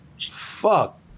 Fuck